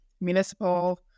municipal